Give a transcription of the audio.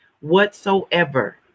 whatsoever